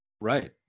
Right